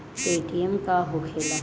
Paytm का होखेला?